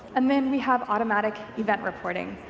and then we have automatic event reporting.